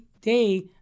day